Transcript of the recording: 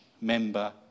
member